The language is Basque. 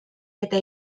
eta